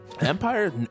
Empire